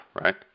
right